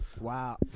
Wow